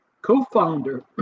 co-founder